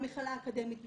למכללה האקדמית בוינגייט,